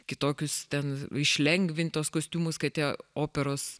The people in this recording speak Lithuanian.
kitokius ten iš lengvint tuos kostiumus kad tie operos